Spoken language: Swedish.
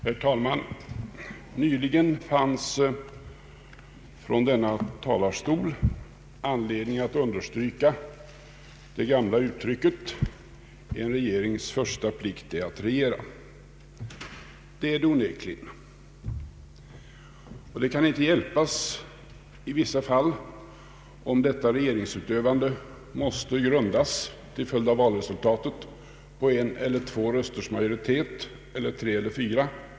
Herr talman! Nyligen fanns det anledning att från denna talarstol understryka det gamla uttrycket: en regerings första plikt är att regera. Det är det onekligen, och det kan inte hjälpas om i vissa fall detta regeringsutövande till följd av valresultat måste grundas på en eller två — kanske tre eller fyra — rösters majoritet.